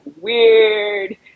weird